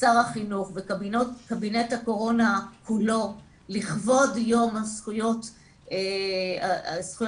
שר החינוך וקבינט הקורונה כולו לכבוד יום זכויות הילד